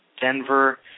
Denver